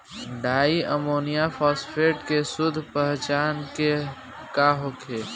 डाई ammonium phosphate के शुद्ध पहचान का होखे?